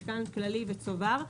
מתקן כללי וצובר.